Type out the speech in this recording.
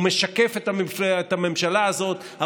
הוא משקף את הממשלה הזאת,